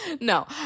No